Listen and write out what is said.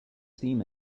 steam